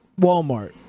Walmart